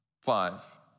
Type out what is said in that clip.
five